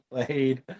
played